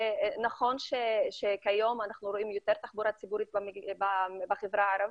נכון שכיום אנחנו רואים יותר תחבורה ציבורית בחברה הערבית,